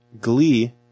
Glee